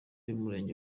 y’umurenge